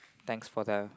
thanks for the